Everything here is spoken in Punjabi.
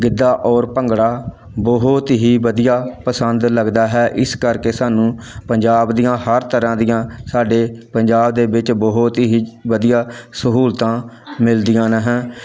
ਗਿੱਧਾ ਔਰ ਭੰਗੜਾ ਬਹੁਤ ਹੀ ਵਧੀਆ ਪਸੰਦ ਲੱਗਦਾ ਹੈ ਇਸ ਕਰਕੇ ਸਾਨੂੰ ਪੰਜਾਬ ਦੀਆਂ ਹਰ ਤਰ੍ਹਾਂ ਦੀਆਂ ਸਾਡੇ ਪੰਜਾਬ ਦੇ ਵਿੱਚ ਬਹੁਤ ਹੀ ਵਧੀਆ ਸਹੂਲਤਾਂ ਮਿਲਦੀਆਂ ਨੇ ਹੈ